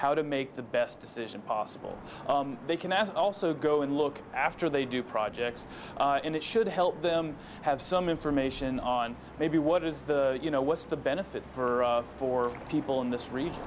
how to make the best decision possible they can as also go and look after they do projects and it should help them have some information on maybe what is the you know what's the benefit for for people in this region